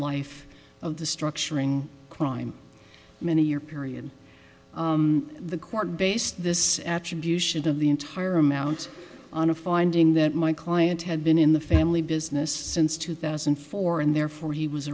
life of the structuring crime many year period the court based this attribution of the entire amount on a finding that my client had been in the family business since two thousand and four and therefore he was